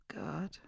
God